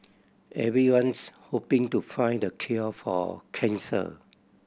everyone's hoping to find the cure for cancer